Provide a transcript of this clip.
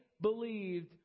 believed